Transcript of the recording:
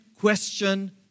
question